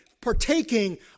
partaking